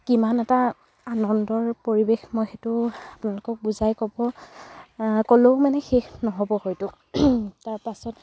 কিমান এটা আনন্দৰ পৰিৱেশ মই সেইটো আপোনালোকক বুজাই ক'ব ক'লেও মানে শেষ নহ'ব হয়তো তাৰপাছত